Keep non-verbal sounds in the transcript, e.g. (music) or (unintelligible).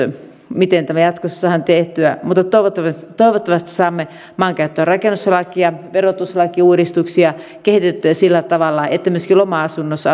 miten tämä jatkossa saadaan tehtyä toivottavasti toivottavasti saamme maankäyttö ja rakennuslakia ja verotuslakiuudistuksia kehitettyä sillä tavalla että myöskin loma asunnossa (unintelligible)